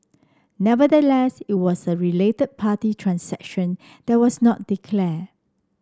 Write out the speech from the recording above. nevertheless it was a related party transaction there was not declare